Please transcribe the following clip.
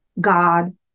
God